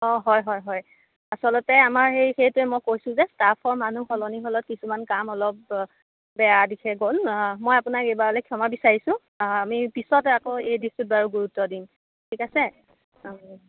অ' হয় হয় হয় আছলতে আমাৰ এই সেইটোৱে মই কৈছোঁ যে ষ্টাফৰ মানুহ সলনি হ'লত কিছুমান কাম অলপ বেয়া দিশে গ'ল মই আপোনাক এইবাৰলৈ ক্ষমা বিচাৰিছোঁ আমি পিছত আকৌ এই দিশটোত বাৰু গুৰুত্ব দিম ঠিক আছে অ'